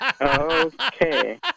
Okay